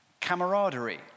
camaraderie